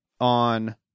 on